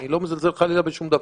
אני לא מזלזל חלילה בשום דבר.